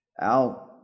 out